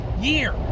year